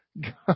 God